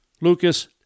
Lucas